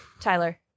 Tyler